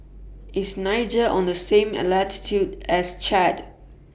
IS Niger on The same latitude as Chad